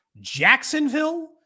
Jacksonville